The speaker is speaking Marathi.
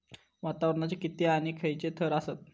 वातावरणाचे किती आणि खैयचे थर आसत?